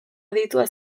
aditua